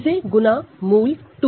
इसे 2√2 भेजना चाहिए